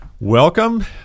Welcome